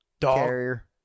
carrier